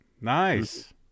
Nice